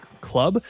club